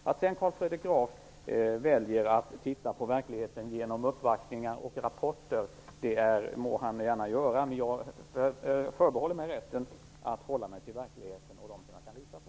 Carl Fredrik Graf må sedan gärna välja att titta på verkligheten genom uppvaktningar och rapporter, men jag förbehåller mig rätten att hålla mig till verkligheten och dem som jag kan lita på.